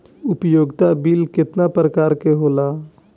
उपयोगिता बिल केतना प्रकार के होला?